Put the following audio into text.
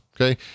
okay